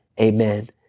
amen